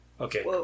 Okay